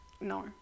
No